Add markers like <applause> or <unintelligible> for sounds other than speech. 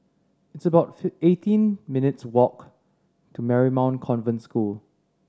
it's about <unintelligible> eighteen minutes' walk to Marymount Convent School